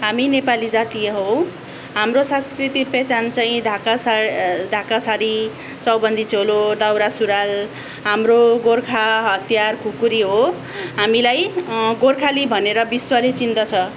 हामी नेपाली जाती हौँ हाम्रो संस्कृति पहिचान चाहिँ ढाका सा ढाका साडी चौबन्दी चोलो दौरा सुरुवाल हाम्रो गोर्खा हतियार खुकुरी हो हामीलाई गोर्खाली भनेर विश्वले चिन्दछ